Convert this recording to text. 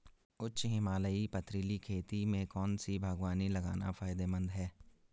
उच्च हिमालयी पथरीली खेती में कौन सी बागवानी लगाना फायदेमंद है?